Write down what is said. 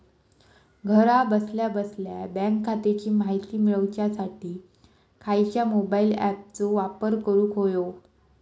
घरा बसल्या बसल्या बँक खात्याची माहिती मिळाच्यासाठी खायच्या मोबाईल ॲपाचो वापर करूक होयो?